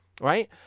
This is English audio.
right